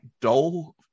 Dull